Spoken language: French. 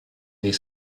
les